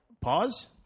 Pause